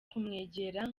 kumwegera